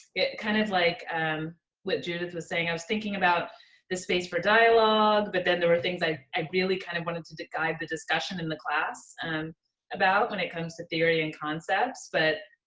it kind of like with judith was saying i was thinking about this space for dialogue, but then there were things i i really kind of wanted to to guide. the discussion in the class about when it comes to theory and concepts, but.